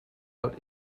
out